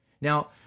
Now